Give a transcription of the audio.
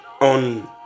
on